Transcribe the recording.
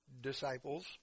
Disciples